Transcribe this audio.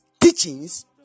teachings